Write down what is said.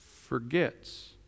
forgets